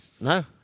No